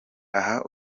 aha